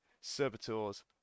Servitors